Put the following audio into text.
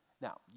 Now